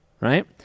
Right